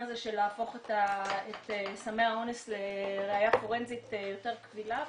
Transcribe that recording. של להפוך את סמי האונס לראייה פורנזית יותר קבילה.